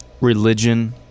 religion